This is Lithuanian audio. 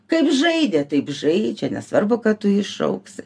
kaip žaidė taip žaidžia nesvarbu kad tu jį šauksi